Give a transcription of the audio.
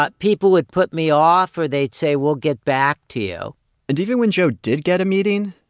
but people would put me off, or they'd say, we'll get back to you and even when joe did get a meeting,